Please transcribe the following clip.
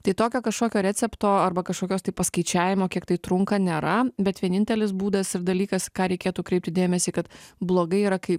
tai tokio kažkokio recepto arba kažkokios tai paskaičiavimo kiek tai trunka nėra bet vienintelis būdas ir dalykas ką reikėtų kreipti dėmesį kad blogai yra kaip